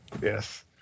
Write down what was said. Yes